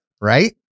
right